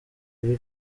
kuri